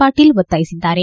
ಪಾಟೀಲ್ ಒತ್ತಾಯಿಸಿದ್ದಾರೆ